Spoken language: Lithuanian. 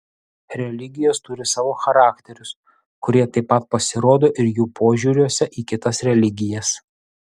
religijos turi savo charakterius kurie taip pat pasirodo ir jų požiūriuose į kitas religijas